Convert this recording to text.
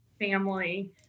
family